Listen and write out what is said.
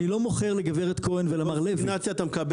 אני לא מוכר לגברת כהן ולמר לוי.